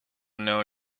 known